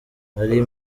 nari